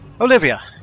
Olivia